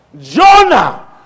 Jonah